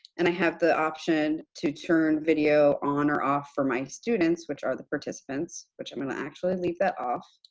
and i have the option to turn video on or off for my students, which are the participants, which i'm going to actually leave that off.